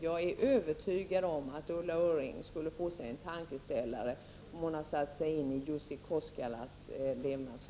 Jag är övertygad om att Ulla Orring skulle få sig en tankeställare om hon satte sig in i Jussi Koskalas levnadsöde.